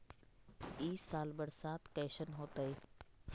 ई साल बरसात कैसन होतय?